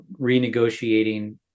renegotiating